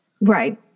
Right